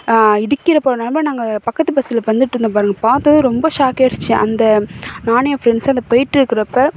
இடிக்கிறப்ப நிலமையில நாங்கள் பக்கத்து பஸ்ஸில் வந்துட்டு இருந்தோம் பாருங்கள் பார்த்ததும் ரொம்ப ஷாக் ஆகிடுச்சி அந்த நானும் என் ஃப்ரெண்ட்ஸும் அந்த போயிகிட்டு இருக்கிறப்ப